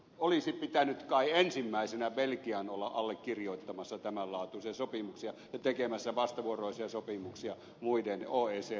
olisi pitänyt kai ensimmäisenä belgian olla allekirjoittamassa tämän laatuisia sopimuksia ja tekemässä vastavuoroisia sopimuksia muiden ohitse